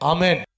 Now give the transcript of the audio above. Amen